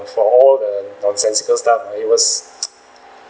for all the nonsensical stuff lah it was